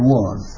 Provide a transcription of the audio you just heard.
one